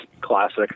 Classic